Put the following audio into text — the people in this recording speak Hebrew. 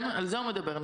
על זה הוא מדבר.